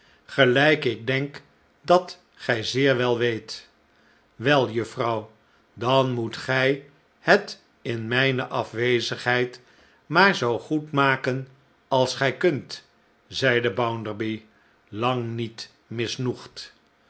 gelijk ik denk dat gij zeer wel weet wel juffrouw dan moet gij het in mijne afwezigheid maar zoo goed maken alsgij kunt zeide bounderby lang niet